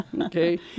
Okay